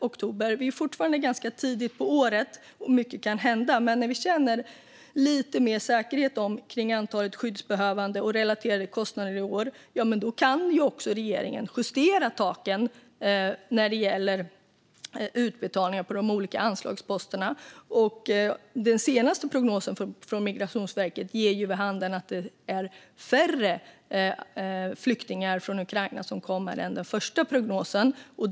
Det är fortfarande tidigt på året, och mycket kan hända, men när vi känner oss lite mer säkra om antalet skyddsbehövande och relaterade kostnader i år kan också regeringen justera taken när det gäller utbetalningar på de olika anslagsposterna. Den senaste prognosen från Migrationsverket ger vid handen att det är färre flyktingar från Ukraina som kommer hit än den första prognosen visade.